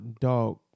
Dog